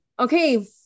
Okay